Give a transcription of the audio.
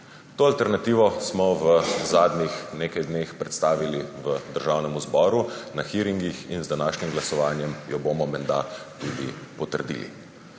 To alternativo smo v zadnjih nekaj dneh predstavili v Državnem zboru na hearingih in z današnjim glasovanjem jo bomo menda tudi potrdili.